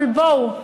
אבל בואו,